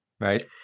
Right